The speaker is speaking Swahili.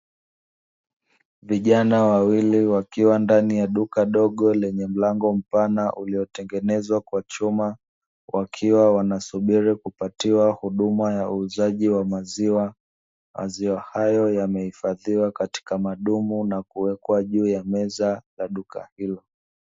Vijana wawili wakiwa ndani ya duka dogo lenye mlango mpana uliotengenezwa kwa chuma, wakiwa wanasubiri kupatiwa huduma ya uuzaji wa maziwa maziwa hayo yamehifadhiwa katika madumu na kuwekwa juu ya meza ya duka hilo.